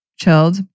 chilled